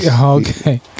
okay